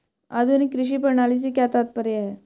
आधुनिक कृषि प्रणाली से क्या तात्पर्य है?